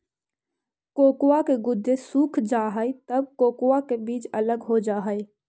cocoa के गुदे सूख जा हई तब कोकोआ का बीज अलग हो जा हई